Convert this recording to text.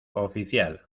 oficial